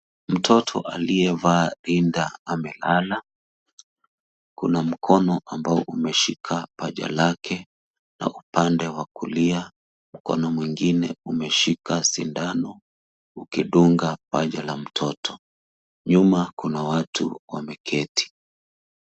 Mtoto aliyevaa rinda amelala. Kuna mkono ambao umeshika paja lake na upande wa kulia mkono mwingine umeshika sindano ukidunga paja la mtoto. Nyuma kuna watu wameketi.